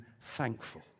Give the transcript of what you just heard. thankful